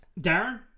Darren